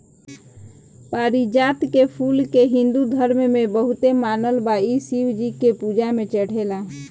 पारिजात के फूल के हिंदू धर्म में बहुते मानल बा इ शिव जी के पूजा में चढ़ेला